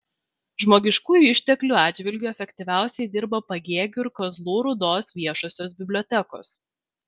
žmogiškųjų išteklių atžvilgiu efektyviausiai dirba pagėgių ir kazlų rūdos viešosios bibliotekos